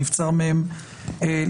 שנבצר מהם להשתתף.